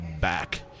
back